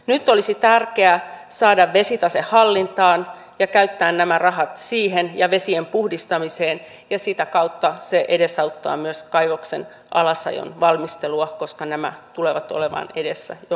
nyt olisi tärkeää saada vesitase hallintaan ja käyttää nämä rahat siihen ja vesien puhdistamiseen ja sitä kautta se edesauttaa myös kaivoksen alasajon valmistelua koska nämä tulevat olemaan edessä joka tapauksessa